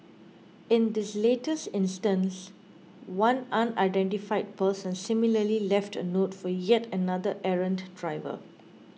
in this latest instance one unidentified person similarly left a note for yet another errant driver